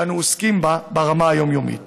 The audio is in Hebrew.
שאנו עוסקים בה ברמה היומיומית.